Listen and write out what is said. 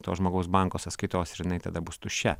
to žmogaus banko sąskaitos ir jinai tada bus tuščia